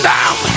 down